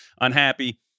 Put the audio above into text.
unhappy